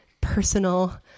personal